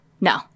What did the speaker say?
No